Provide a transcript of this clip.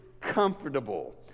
comfortable